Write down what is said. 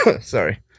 Sorry